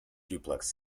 duplex